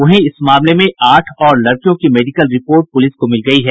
वहीं इस मामले में आठ और लड़कियों की मेडिकल रिपोर्ट पुलिस को मिल गयी है